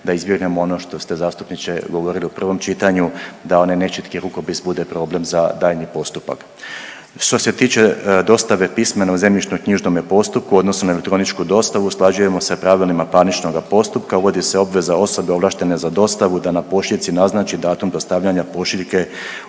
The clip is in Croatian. da izbjegnemo ono što ste, zastupniče, govorili u prvom čitanju, da one nečitki rukopis bude problem za daljnji postupak. Što se tiče dostave pisma zemljišno-knjižnome postupku, u odnosu na elektroničku dostavu, usklađujemo sa pravilima parničkoga postupka. Uvodi se obveza osobe ovlaštene za dostavu da na pošiljci naznači datum dostavljanja pošiljke